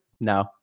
No